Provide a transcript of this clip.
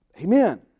Amen